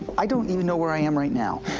i don't even know where i am right now,